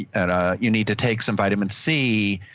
you ah you need to take some vitamin c.